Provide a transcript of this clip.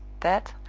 that,